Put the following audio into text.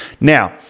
Now